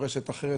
או רשת אחרת,